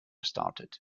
started